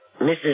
Mrs